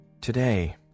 Today